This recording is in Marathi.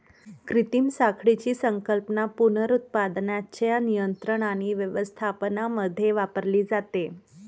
कृत्रिम साखळीची संकल्पना पुनरुत्पादनाच्या नियंत्रण आणि व्यवस्थापनामध्ये वापरली जाते